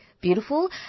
beautiful